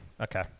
Okay